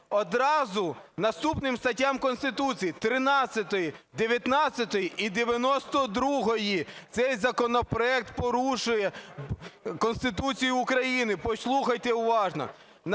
одразу наступним статтям Конституції: 13, 19 і 92. Цей законопроект порушує Конституцію України, послухайте уважно.